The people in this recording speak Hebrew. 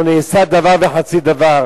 לא נעשה דבר וחצי דבר.